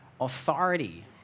authority